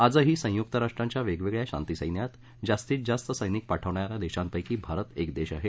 आजही संयुक्त राष्ट्रांच्या वेगवेगळ्या शांती सैन्यात जास्तीत जास्त सैनिक पाठवणाऱ्या देशांपैकी भारत एक आहे